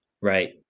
Right